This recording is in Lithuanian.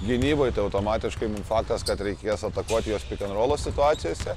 gynyboj tai automatiškai mum faktas kad reikės atakuot juos pikenrolo situacijose